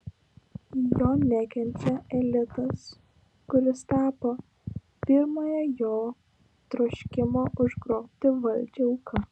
jo nekenčia elitas kuris tapo pirmąja jo troškimo užgrobti valdžią auka